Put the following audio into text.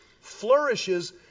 flourishes